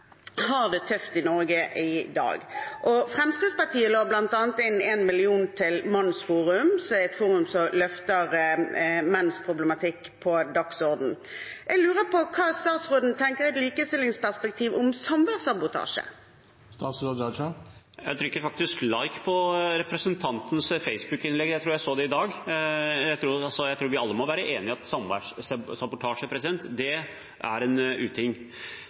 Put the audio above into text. har det tøft i Norge i dag. Fremskrittspartiet la bl.a. inn 1 mill. kr til MannsForum, som løfter menns problematikk opp på dagsordenen. Jeg lurer på hva statsråden i et likestillingsperspektiv tenker om samværssabotasje. Jeg trykket faktisk «like» på representantens Facebook-innlegg. Jeg tror jeg så det i dag. Jeg sa jeg tror vi alle må være enige om at samværssabotasje er en uting.